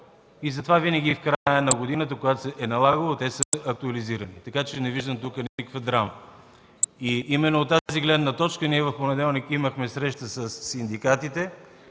затова винаги в края на годината, когато се е налагало, те са били актуализирани. Тук не виждам никаква драма. От тази гледна точка в понеделник имахме среща със синдикатите.